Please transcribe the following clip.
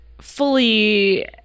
fully